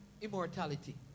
immortality